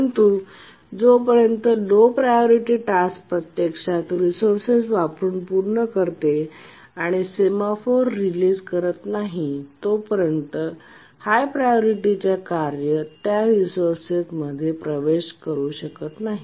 परंतु जोपर्यंत low priority task प्रत्यक्षात रिसोर्सेस वापरुन पूर्ण करते आणि सेमफॉर रिलीझ करत नाही तोपर्यंत हायर प्रायोरिटीच्या कार्य त्या रिसोर्सेसत प्रवेश करू शकत नाही